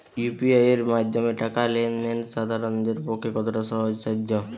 UPI এর মাধ্যমে টাকা লেন দেন সাধারনদের পক্ষে কতটা সহজসাধ্য?